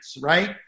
right